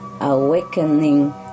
awakening